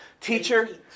Teacher